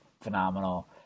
phenomenal